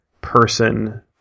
person